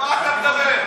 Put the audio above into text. על מה אתה מדבר?